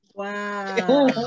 Wow